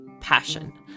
passion